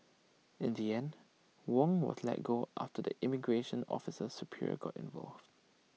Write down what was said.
in the end Wong was let go after the immigration officer's superior got involved